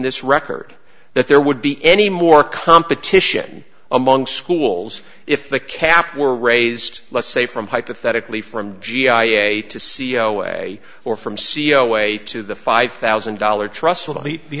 this record that there would be any more competition among schools if the cap were raised let's say from hypothetically from g i a to c e o way or from c e o way to the five thousand dollar trust with the